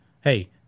hey